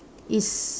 is